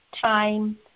time